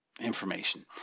information